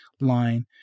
line